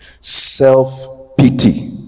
Self-pity